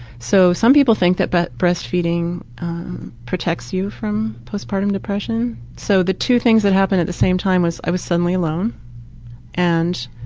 so, some people think that but breastfeeding protects you from postpartum depression. so, the two things that happened at the same time was i was suddenly alone and,